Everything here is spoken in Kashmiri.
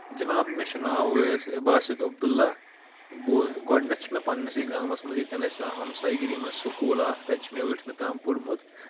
جِناب مےٚ چھُ ناو اُویس باسط عبداللہ بہٕ اوٚ گۄڈنٮ۪تھ چھُ مےٚ پنٛنِسٕے گامَس منٛز ییٚتٮ۪ن اَسہِ ہمساے گِری منٛز سکوٗل اَکھ تَتہِ چھِ مےٚ ٲٹھمہِ تام پورمُت